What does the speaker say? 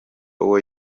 uwo